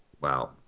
Wow